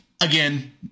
again